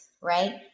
right